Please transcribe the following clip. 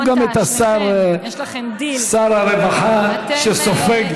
יש לנו גם שר, שר הרווחה, שסופג.